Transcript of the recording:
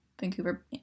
Vancouver